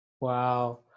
Wow